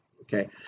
Okay